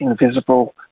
invisible